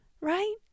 right